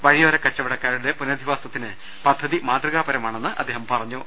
വഴി യോര കച്ചവടക്കാരുടെ പുനരധിവാസത്തിന് പദ്ധതി മാതൃകാപരമാണെന്ന് അദ്ദേഹം പറഞ്ഞു